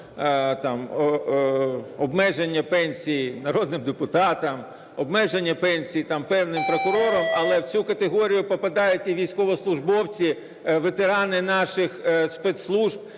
обмеження пенсій народним депутатам, обмеження пенсій певним прокурорам. Але в цю категорію попадають і військовослужбовці, ветерани наших спецслужб,